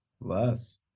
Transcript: Less